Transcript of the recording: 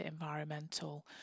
environmental